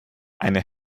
eine